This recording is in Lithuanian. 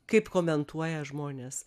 kaip komentuoja žmonės